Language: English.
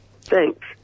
Thanks